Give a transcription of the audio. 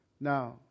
Now